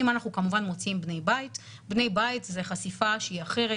אם אנחנו כמובן מוצאים בני בית בני בית זה חשיפה שהיא אחרת,